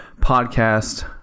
podcast